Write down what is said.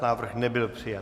Návrh nebyl přijat.